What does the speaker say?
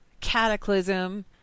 Cataclysm